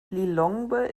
lilongwe